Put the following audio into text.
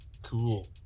Cool